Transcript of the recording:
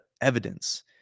evidence